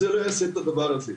זה לא יעשה את הדבר הזה.